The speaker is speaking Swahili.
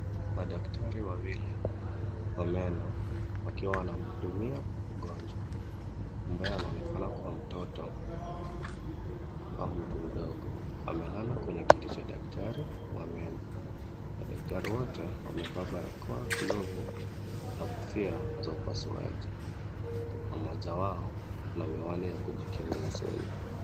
Madaktari wawili wa meno wakiwa wanamhudumia mgonjwa; ambaye anaonekana kuwa mtoto au mtu mdogo. Amelala kwenye kiti cha daktari wa meno. Madaktari wote wamevaa barakoa, glovu na kofia za upasuaji na mmoja wao ana miwani ya kujikinga usoni.